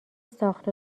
ساخت